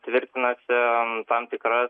tvirtinasi tam tikras